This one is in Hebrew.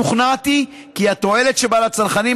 שוכנעתי כי התועלת שבה לצרכנים,